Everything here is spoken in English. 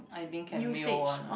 I think can mail one